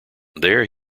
there